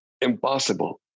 impossible